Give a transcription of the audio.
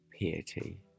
piety